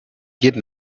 jeden